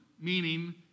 meaning